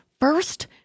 first